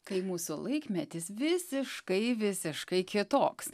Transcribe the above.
kai mūsų laikmetis visiškai visiškai kitoks